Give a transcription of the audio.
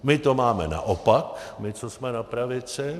My to máme naopak, my, co jsme na pravici.